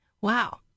Wow